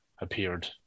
appeared